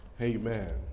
Amen